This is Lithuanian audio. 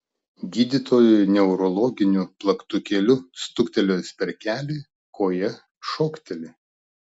gydytojui neurologiniu plaktukėliu stuktelėjus per kelį koja šokteli